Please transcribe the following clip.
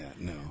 no